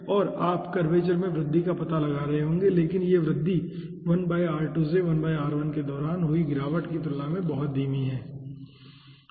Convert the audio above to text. और आप कर्वेचर में वृद्धि का पता लगा रहे होंगे लेकिन यह वृद्धि 1 r2 से 1 r1 के दौरान हुई गिरावट की तुलना में धीमी होगी